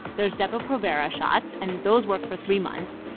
there's depo-provera shots, and those work for three months.